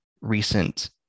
recent